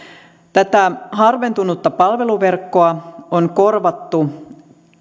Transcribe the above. tätä harventunutta palveluverkkoa on korvattu